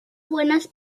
buenas